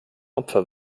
opfer